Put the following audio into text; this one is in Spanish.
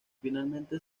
finalmente